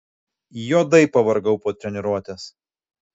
juodai pavargau po treniruotės